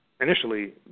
initially